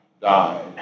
died